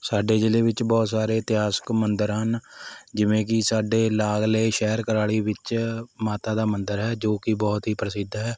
ਸਾਡੇ ਜ਼ਿਲ੍ਹੇ ਵਿੱਚ ਬਹੁਤ ਸਾਰੇ ਇਤਿਹਾਸਕ ਮੰਦਰ ਹਨ ਜਿਵੇਂ ਕਿ ਸਾਡੇ ਲਾਗਲੇ ਸ਼ਹਿਰ ਕੁਰਾਲੀ ਵਿੱਚ ਮਾਤਾ ਦਾ ਮੰਦਰ ਹੈ ਜੋ ਕਿ ਬਹੁਤ ਹੀ ਪ੍ਰਸਿੱਧ ਹੈ